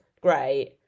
great